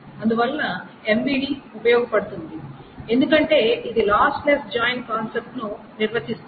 అందువల్ల MVD ఉపయోగపడుతుంది ఎందుకంటే ఇది లాస్లెస్ జాయిన్ కాన్సెప్ట్ ను నిర్వచిస్తుంది